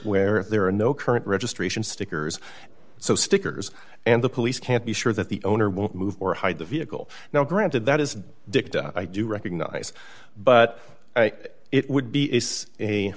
where if there are no current registration stickers so stickers and the police can't be sure that the owner won't move or hide the vehicle now granted that is dicta i do recognize but it would be is a